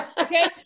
Okay